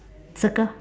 circle